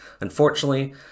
Unfortunately